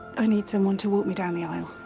i need someone to walk me down the aisle.